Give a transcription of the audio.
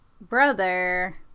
brother